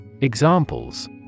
Examples